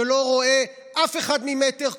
שלא רואה אף אחד ממטר,